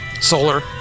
solar